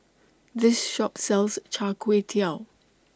This Shop sells Char Kway Teow